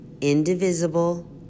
indivisible